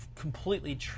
Completely